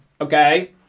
Okay